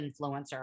influencer